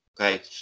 Okay